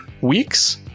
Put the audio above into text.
weeks